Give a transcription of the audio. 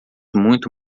muito